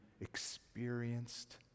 experienced